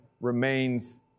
remains